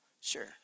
Sure